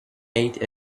eight